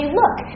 look